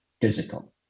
physical